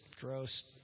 gross